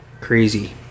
Crazy